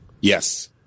Yes